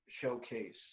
showcase